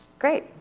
Great